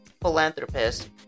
philanthropist